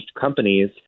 companies